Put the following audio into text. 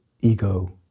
ego